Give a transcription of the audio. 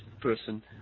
person